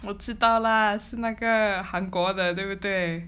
我知道啦是那个韩国的对不对